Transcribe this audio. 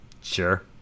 sure